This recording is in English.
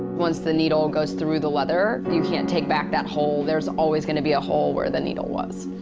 once the needle goes through the leather, you can't take back that hole. there's always gonna be a hole where the needle was.